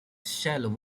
shallow